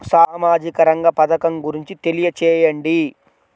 సామాజిక రంగ పథకం గురించి తెలియచేయండి?